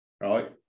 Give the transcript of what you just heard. right